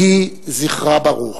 יהי זכרה ברוך.